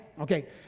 okay